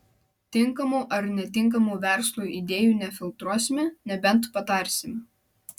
tinkamų ar netinkamų verslui idėjų nefiltruosime nebent patarsime